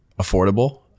affordable